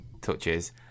touches